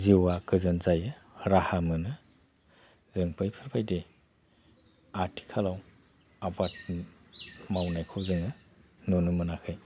जिउआ गोजोन जायो राहा मोनो जों बैफोरबायदि आथिखालाव आबाद मावनायखौ जोङो नुनो मोनाखै